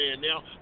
now